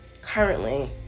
currently